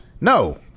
no